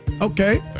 Okay